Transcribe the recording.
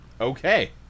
Okay